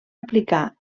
aplicar